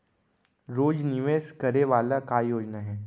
रोज निवेश करे वाला का योजना हे?